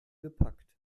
gepackt